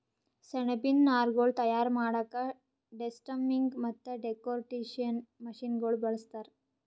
ಸೆಣಬಿನ್ ನಾರ್ಗೊಳ್ ತಯಾರ್ ಮಾಡಕ್ಕಾ ಡೆಸ್ಟಮ್ಮಿಂಗ್ ಮತ್ತ್ ಡೆಕೊರ್ಟಿಕೇಷನ್ ಮಷಿನಗೋಳ್ ಬಳಸ್ತಾರ್